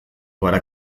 gara